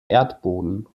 erdboden